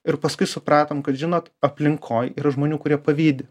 ir paskui supratom kad žinot aplinkoj yra žmonių kurie pavydi